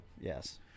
Yes